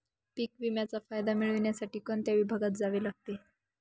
पीक विम्याचा फायदा मिळविण्यासाठी कोणत्या विभागात जावे लागते?